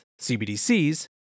CBDCs